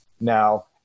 now